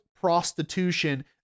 prostitution